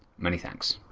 many thanks.